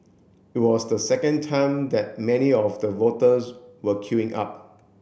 it was the second time that many of the voters were queuing up